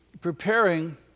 preparing